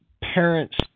parents